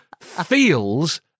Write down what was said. feels